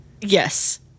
yes